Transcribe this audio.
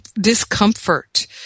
discomfort